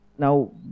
Now